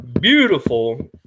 beautiful